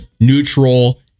neutral